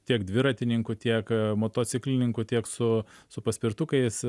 tiek dviratininkų tiek motociklininkų tiek su su paspirtukais